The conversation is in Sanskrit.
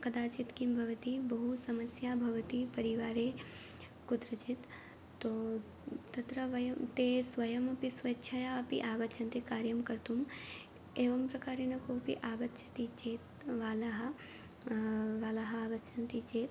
कदाचित् किं भवति बहुसमस्या भवति परिवारे कुत्रचित् तो तत्र वयं ते स्वयमपि स्वेच्छया अपि आगच्छन्ति कार्यं कर्तुम् एवं प्रकारेण कोऽपि आगच्छति चेत् बालः बालाः आगच्छन्ति चेत्